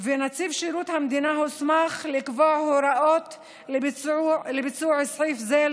נציב שירות המדינה הוסמך לקבוע הוראות לביצוע סעיף זה,